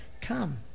come